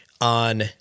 on